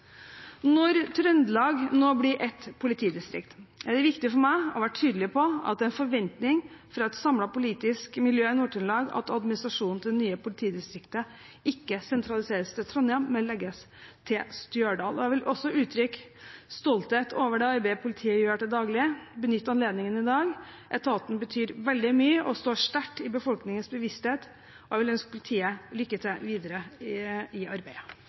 Når Trøndelag nå blir ett politidistrikt, er det viktig for meg å være tydelig på at det er en forventning fra et samlet politisk miljø i Nord-Trøndelag at administrasjonen til det nye politidistriktet ikke sentraliseres til Trondheim, men legges til Stjørdal. Jeg vil også benytte anledningen i dag til å uttrykke stolthet over det arbeidet politiet gjør til daglig. Etaten betyr veldig mye og står sterkt i befolkningens bevissthet, og jeg vil ønske politiet lykke til videre i arbeidet.